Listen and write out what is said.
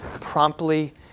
promptly